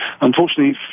unfortunately